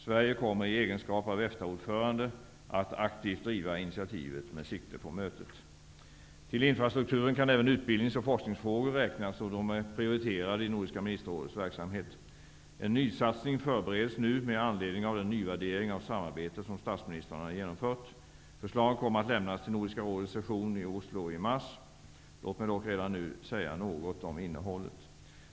Sverige kommer i egenskap av EFTA-ordförande att aktivt driva initiativet med sikte på mötet. Till infrastrukturen kan även utbildnings och forskningsfrågor räknas, och de är prioriterade i Nordiska ministerrådets verksamhet. En nysatsning förbereds nu med anledning av den nyvärdering av samarbetet som statsministrarna genomfört. Förslag kommer att lämnas till Nordiska rådets session i Oslo i mars. Låt mig dock redan nu säga något om innehållet.